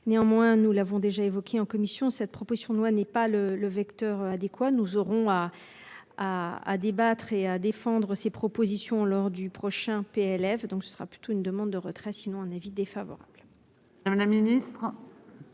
Néanmoins, nous l'avons déjà évoqué en commission, cette proposition de loi n'est pas le le vecteur adéquat, nous aurons à. À à débattre et à défendre ses propositions lors du prochain PLF donc ce sera plutôt une demande de retrait sinon un avis défaveur. La ministre.